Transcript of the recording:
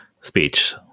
speech